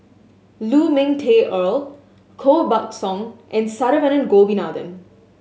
Lu Ming Teh Earl Koh Buck Song and Saravanan Gopinathan